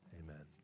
amen